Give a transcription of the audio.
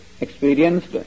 experienced